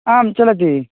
आं चलति